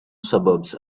suburbs